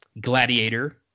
Gladiator